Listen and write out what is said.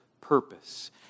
purpose